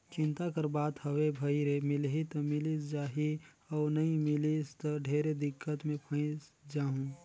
चिंता कर बात हवे भई रे मिलही त मिलिस जाही अउ नई मिलिस त ढेरे दिक्कत मे फंयस जाहूँ